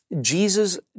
Jesus